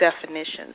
definitions